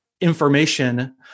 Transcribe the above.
information